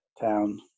town